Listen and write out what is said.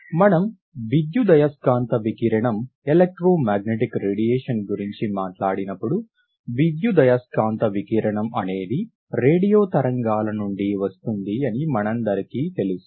మనం విద్యుదయస్కాంత వికిరణంఎలెక్ట్రో మాగ్నెటిక్ రేడియేషన్ గురించి మాట్లాడినప్పుడు విద్యుదయస్కాంత వికిరణం అనేది రేడియో తరంగాల నుండి వస్తుంది అని మనందరికీ తెలుసు